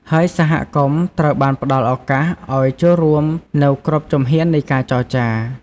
ហើយសហគមន៍ត្រូវបានផ្ដល់ឱកាសឲ្យចូលរួមនៅគ្រប់ជំហាននៃការចរចា។